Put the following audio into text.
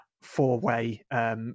four-way